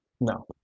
No